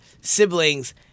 siblings